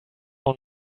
one